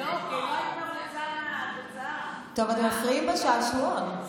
אין פה, אתם מפריעים בשעשועון.